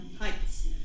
heights